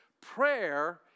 Prayer